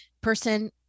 person